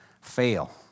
fail